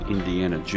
Indiana